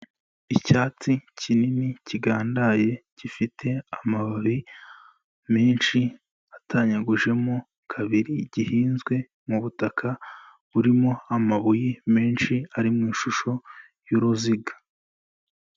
Icyatsi kinini kigandaye gifite amababi menshi atanyagujemo kabiri, gihinzwe mu butaka burimo amabuye menshi ari mu ishusho y'uruziga.